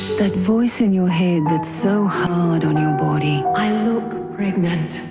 that voice in your head that's so hard on our body. i look pregnant.